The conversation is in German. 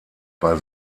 bei